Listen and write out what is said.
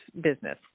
business